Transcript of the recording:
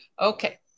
Okay